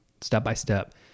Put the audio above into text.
step-by-step